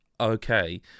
okay